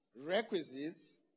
requisites